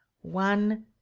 One